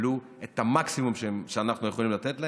יקבלו את המקסימום שאנחנו יכולים לתת להם,